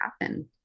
happen